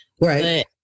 right